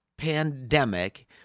pandemic